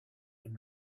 and